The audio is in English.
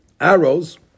arrows